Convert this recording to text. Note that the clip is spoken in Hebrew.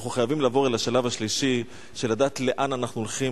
אנחנו חייבים לעבור אל השלב השלישי של לדעת לאן אנחנו הולכים,